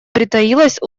притаилась